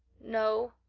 no,